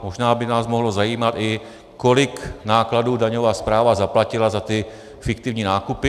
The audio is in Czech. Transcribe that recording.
Možná by nás mohlo zajímat i to, kolik nákladů daňová správa zaplatila za ty fiktivní nákupy.